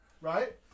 right